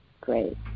Great